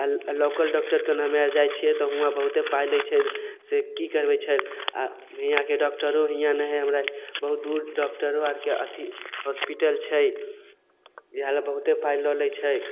आओर local doctor कने हमे आर जाइ छिए तऽ हुआँ बहुते पाइ लै छै से कि करबै छै आओर हिआँके डॉक्टरो हिआँ नहि हइ बहुत दूर डॉक्टरो आरके अथी हॉस्पिटल छै इएहले बहुते पाइ लऽ लै छै